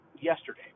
yesterday